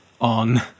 on